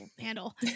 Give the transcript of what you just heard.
handle